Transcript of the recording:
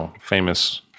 famous